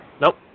Nope